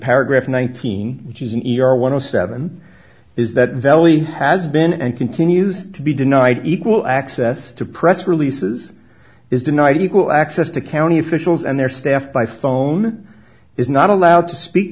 paragraph nineteen which is an e r one o seven is that valley has been and continues to be denied equal access to press releases is denied equal access to county officials and their staff by phone is not allowed to speak